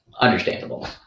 Understandable